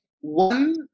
One